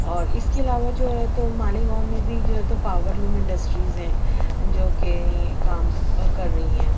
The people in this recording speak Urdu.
اور اس کے علاوہ جو ہے تو مالیگاؤں میں بھی جو ہے تو پاور لوم انڈسٹریز ہیں جو کہ کام کر رہی ہیں